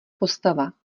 postava